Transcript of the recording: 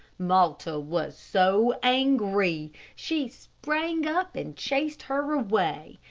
malta was so angry! she sprang up and chased her away,